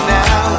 now